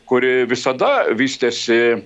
kuri visada vystėsi